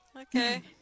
Okay